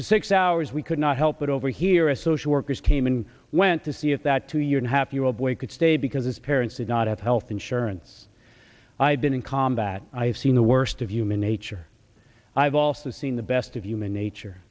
for six hours we could not help but overhear a social workers came and went to see if that two year and a half year old boy could stay because parents did not have health insurance i've been in combat i have seen the worst of human nature i've also seen the best of human nature